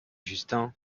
justin